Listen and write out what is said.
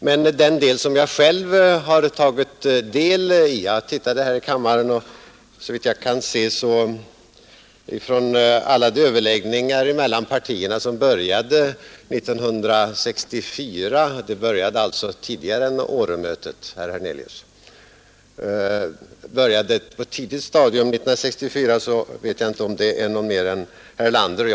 Men jag tittade runt i kammaren, och så vitt jag kan se är det ingen mer än herr Erlander och jag som har varit med på alla de överläggningar mellan partierna som började 1964 på ett tidigt stadium — alltså före Åremötet, herr Hernelius.